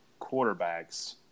quarterbacks